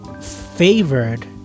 favored